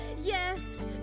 Yes